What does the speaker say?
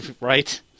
Right